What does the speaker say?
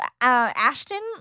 Ashton